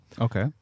Okay